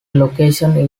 location